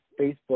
facebook